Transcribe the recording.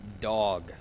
dog